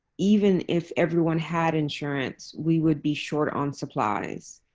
even if everyone had insurance, we would be short on supplies.